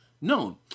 known